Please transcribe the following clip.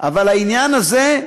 אבל העניין הזה,